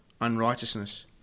unrighteousness